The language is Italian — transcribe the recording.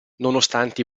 nonostante